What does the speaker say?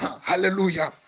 hallelujah